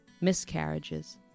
miscarriages